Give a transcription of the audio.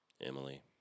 Emily